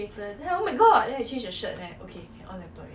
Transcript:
formal got what got formal meeting meh